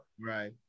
Right